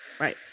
Right